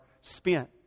spent